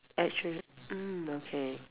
actually mm okay